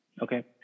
Okay